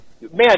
Man